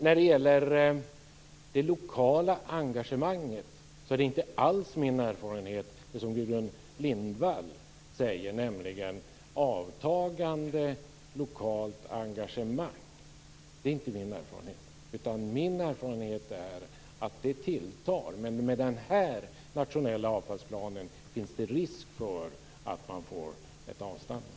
När det gäller det lokala engagemanget är det som Gudrun Lindvall säger inte alls min erfarenhet, nämligen att det lokala engagemanget avtar. Min erfarenhet är att det tilltar. Men med denna nationella avfallsplan finns det risk för att det avstannar.